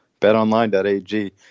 betonline.ag